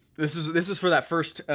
this was this was for that first